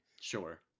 sure